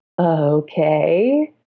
okay